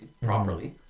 Properly